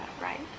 right